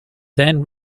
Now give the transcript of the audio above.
then